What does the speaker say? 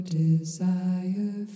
desire